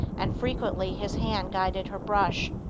and frequently his hand guided her brush.